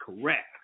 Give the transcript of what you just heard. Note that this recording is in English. correct